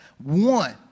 One